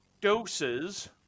doses